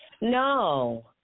No